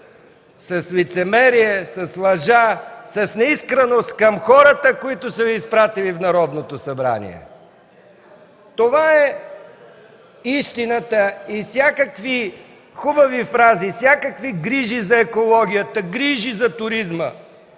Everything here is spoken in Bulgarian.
с лицемерие, с лъжа, с неискреност към хората, които са Ви изпратили в Народното събрание. Това е истината и всякакви хубави фрази, всякакви грижи за екологията, грижи за туризма